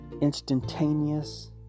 instantaneous